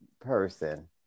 person